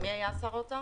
מי היה שר האוצר?